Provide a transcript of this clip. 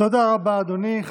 תודה רבה, אדוני.